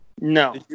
No